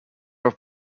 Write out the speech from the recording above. were